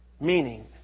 Meaning